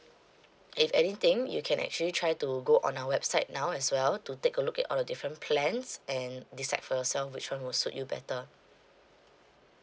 if anything you can actually try to go on our website now as well to take a look at all the different plans and decide for yourself which one will suit you better